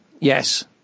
yes